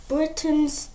Britain's